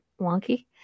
wonky